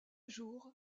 jour